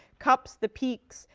cups the peaks,